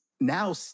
now